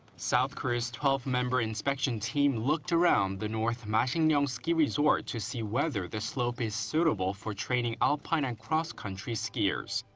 south korea's twelve-member inspection team looked around the north's masikryong ski resort to see whether the slope is suitable for training alpine and cross-country skiers.